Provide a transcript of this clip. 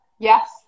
yes